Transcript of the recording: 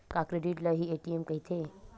का क्रेडिट ल हि ए.टी.एम कहिथे?